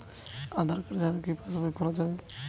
আধার card ছাড়া কি পাসবই খোলা যাবে কি?